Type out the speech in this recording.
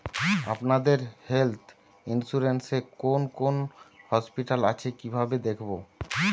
আপনাদের health insurance এ কোন কোন হসপিটাল আছে কিভাবে দেখবো?